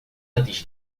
antes